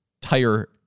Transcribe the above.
tire